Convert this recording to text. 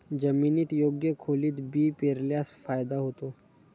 जमिनीत योग्य खोलीत बी पेरल्यास फायदा होतो